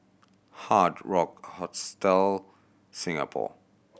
Hard Rock Hostel Singapore